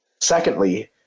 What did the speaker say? Secondly